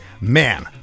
man